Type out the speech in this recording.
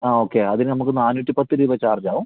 ആ ഓക്കേ അതിനു നമുക്ക് നാനൂറ്റിപ്പത്തു രൂപ ചാർജാകും